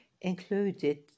included